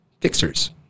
fixers